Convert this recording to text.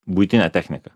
buitine technika